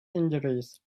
injuries